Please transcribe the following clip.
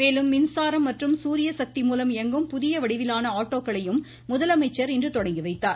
மேலும் மின்சாரம் மற்றும் சூரிய சக்தி மூலம் இயங்கும் புதிய வடிவிலான ஆட்டோக்களையும் முதலமைச்சர் இன்று தொடங்கி வைத்தார்